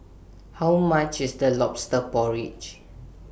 How much IS The Lobster Porridge